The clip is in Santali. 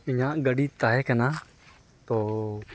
ᱤᱧᱟ ᱜ ᱜᱟᱹᱰᱤ ᱛᱟᱦᱮᱸ ᱠᱟᱱᱟ ᱛᱚ